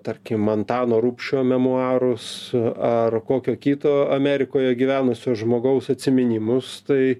tarkim antano rubšio memuarus ar kokio kito amerikoje gyvenusio žmogaus atsiminimus tai